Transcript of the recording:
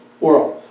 world